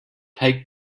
take